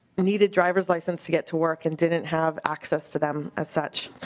needed drivers license to get to work and didn't have access to them as such.